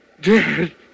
Dead